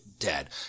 dead